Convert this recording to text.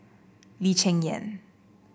Lee Cheng Yan